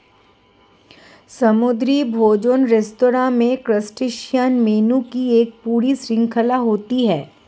समुद्री भोजन रेस्तरां में क्रस्टेशियन मेनू की एक पूरी श्रृंखला होती है